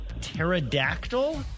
Pterodactyl